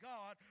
God